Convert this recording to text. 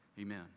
Amen